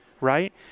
right